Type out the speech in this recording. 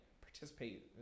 participate